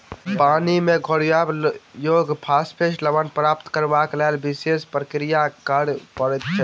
पानि मे घोरयबा योग्य फास्फेट लवण प्राप्त करबाक लेल विशेष प्रक्रिया करय पड़ैत छै